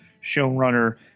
showrunner